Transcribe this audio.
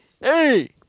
Hey